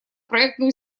проектную